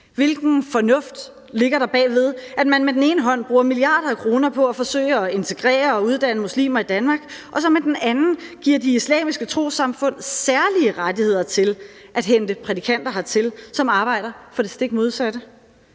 Hvilken fornuft ligger der bag ved, at man med den ene hånd bruger milliarder af kroner på at forsøge at integrere og uddanne muslimer i Danmark og så med den anden giver de islamiske trossamfund særlige rettigheder til at hente prædikanter hertil, som arbejder for det stik modsatte?